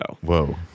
Whoa